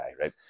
right